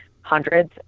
hundreds